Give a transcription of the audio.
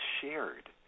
shared